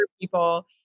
people